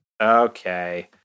Okay